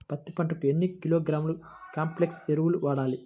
పత్తి పంటకు ఎన్ని కిలోగ్రాముల కాంప్లెక్స్ ఎరువులు వాడాలి?